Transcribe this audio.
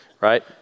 right